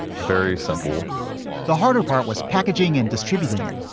very simple the harder part was packaging and distributing it.